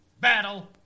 battle